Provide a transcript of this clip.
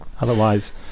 otherwise